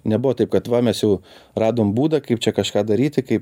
nebuvo taip kad va mes jau radom būdą kaip čia kažką daryti kaip